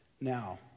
Now